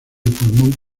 pulmón